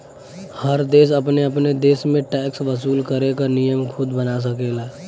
हर देश अपने अपने देश में टैक्स वसूल करे क नियम खुद बना सकेलन